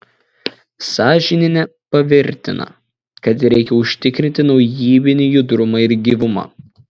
sažinienė pavirtina kad reikia užtikrinti naujybinį judrumą ir gyvumą